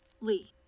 Lee